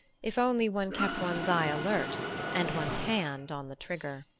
if only one kept one's eye alert and one's hand on the trigger.